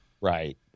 Right